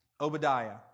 Obadiah